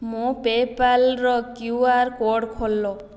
ମୋ ପେ ପାଲ୍ର କ୍ୟୁ ଆର୍ କୋଡ଼୍ ଖୋଲ